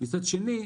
מצד שני,